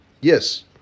Yes